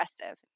aggressive